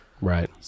Right